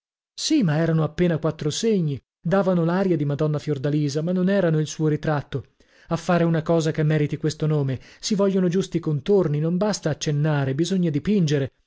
sì ma erano appena quattro segni davano l'aria di madonna fiordalisa ma non erano il suo ritratto a fare una cosa che meriti questo nome si vogliono giusti contorni non basta accennare bisogna dipingere